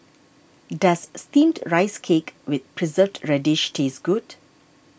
does Steamed Rice Cake with Preserved Radish taste good